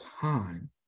time